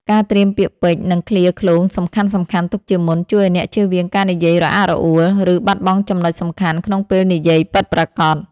ការត្រៀមពាក្យពេចន៍ និងឃ្លាឃ្លោងសំខាន់ៗទុកជាមុន ជួយឱ្យអ្នកជៀសវាងការនិយាយរអាក់រអួល ឬបាត់បង់ចំណុចសំខាន់ក្នុងពេលនិយាយពិតប្រាកដ។